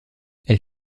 elle